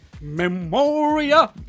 Memoria